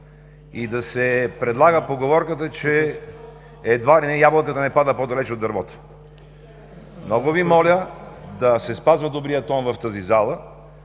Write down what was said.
и да се предлага поговорката, че едва ли не „Ябълката не пада по-далеч от дървото“. Много Ви моля да се спазва добрият тон в тази зала